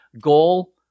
goal